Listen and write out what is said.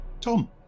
Tom